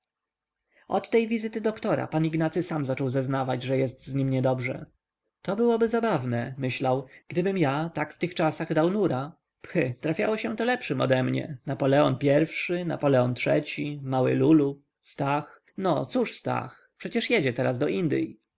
od tej wizyty doktora pan ignacy sam zaczął zeznawać że jest z nim niedobrze to byłoby zabawne myślał gdybym ja tak w tych czasach dał nura phy trafiało się to lepszym ode mnie napoleon i-szy napoleon iii-ci mały lulu stach no cóż stach przecież jedzie teraz do indyj